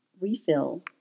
refill